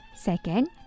Second